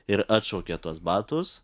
ir atšaukė tuos batus